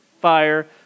fire